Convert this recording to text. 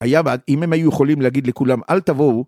היה ועד אם הם היו יכולים להגיד לכולם אל תבואו